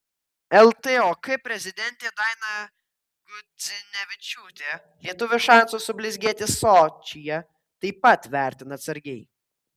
ltok prezidentė daina gudzinevičiūtė lietuvių šansus sublizgėti sočyje taip pat vertina atsargiai